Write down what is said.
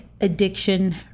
addiction